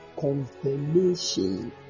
confirmation